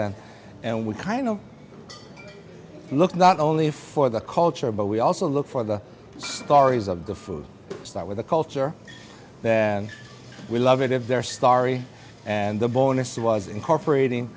and and we kind of look not only for the culture but we also look for the stories of the food is that with a culture then we love it of their story and the bonus was incorporating